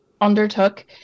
undertook